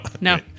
No